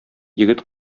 егет